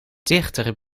dichter